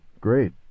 Great